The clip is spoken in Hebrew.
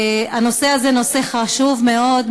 הנושא הזה הוא נושא חשוב מאוד,